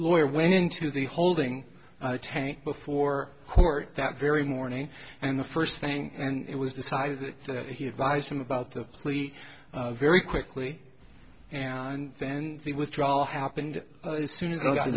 lawyer went into the holding tank before court that very morning and the first thing and it was decided that he advised him about the plea very quickly and then the withdrawal happened